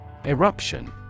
Eruption